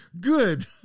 good